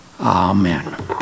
Amen